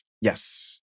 yes